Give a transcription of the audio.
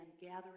gathering